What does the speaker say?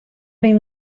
been